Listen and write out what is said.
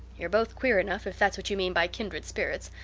you're both queer enough, if that's what you mean by kindred spirits,